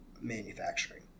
manufacturing